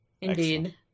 Indeed